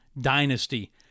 dynasty